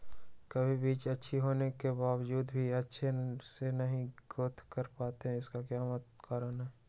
कभी बीज अच्छी होने के बावजूद भी अच्छे से नहीं ग्रोथ कर पाती इसका क्या कारण है?